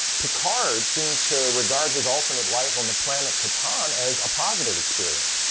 picard seems to regard his alternate life on the planet kataan as a positive experience.